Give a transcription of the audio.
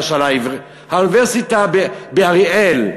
האוניברסיטה באריאל למשל,